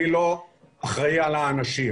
אני לא אחראי על האנשים,